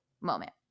moment